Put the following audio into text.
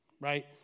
right